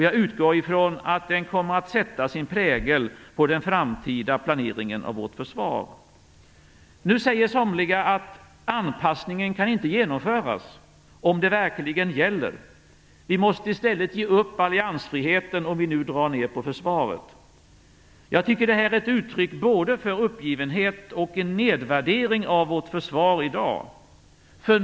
Jag utgår från att den kommer att sätta sin prägel på den framtida planeringen av vårt försvar. Nu säger somliga att anpassningen inte kan genomföras om det verkligen gäller, att vi i stället måste ge upp alliansfriheten om vi nu drar ner på försvaret. Jag tycker att det både är ett uttryck för uppgivenhet och en nedvärdering av vårt försvar i dag.